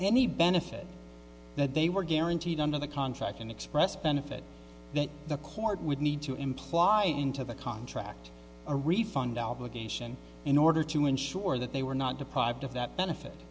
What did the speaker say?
any benefit that they were guaranteed under the contract and expressed benefit that the court would need to imply into the contract a refund obligation in order to ensure that they were not deprived of that benefit